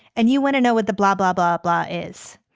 and you want to know what the blah, blah, blah, blah is.